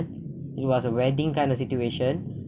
it was a wedding kind of situation